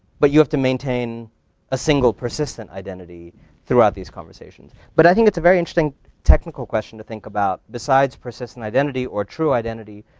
but you have to maintain a single persistent identity throughout these conversations. but i think it's a very interesting technical question to think about, besides persistent identity or true identity,